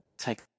take